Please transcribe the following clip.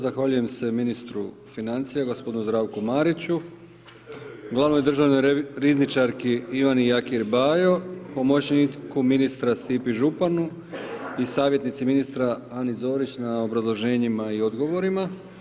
Zahvaljujem se ministru financija gospodinu Zdravku Mariću, glavnoj državnoj rizničarki Ivani Jakir Bajo, pomoćniku ministra Stipi Županu i savjetnici ministra Ani Zorić na obrazloženjima i odgovorimo.